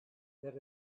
that